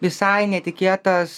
visai netikėtas